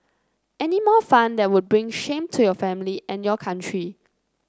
any more fun that that would bring shame to your family and your country